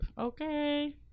okay